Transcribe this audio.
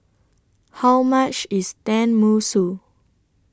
How much IS Tenmusu